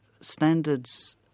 standards